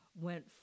went